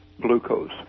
glucose